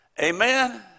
Amen